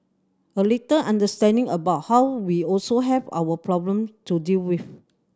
a little understanding about how we also have our problem to deal with